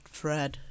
fred